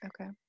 Okay